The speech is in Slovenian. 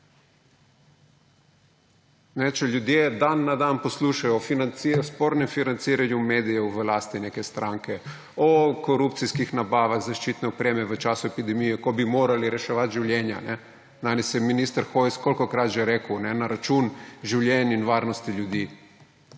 Če ljudje dan na dan poslušajo o spornem financiranju medijev v lasti neke stranke, o korupcijskih nabavah zaščitne opreme v času epidemije, ko bi morali reševati življenja. Danes je minister Hojs kolikokrat že rekel, na račun življenj in varnosti ljudi